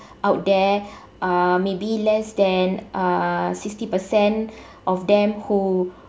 out there uh maybe less than uh sixty percent of them who